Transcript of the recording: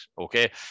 okay